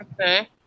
Okay